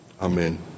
Amen